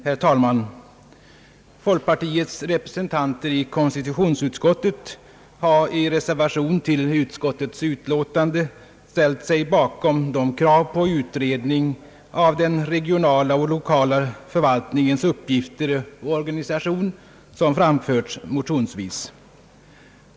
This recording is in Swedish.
Herr talman! Folkpartiets representanter i konstitutionsutskottet har i reservation till utskottets utlåtande ställt sig bakom de krav på utredning av den regionala och lokala förvaltningens uppgifter och organisation som framförts motionsvis.